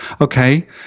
okay